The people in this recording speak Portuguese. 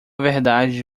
verdade